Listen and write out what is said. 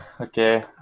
Okay